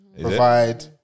Provide